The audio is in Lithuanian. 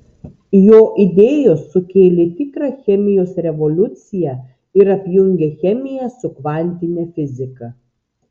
jo idėjos sukėlė tikrą chemijos revoliuciją ir apjungė chemiją su kvantine fiziką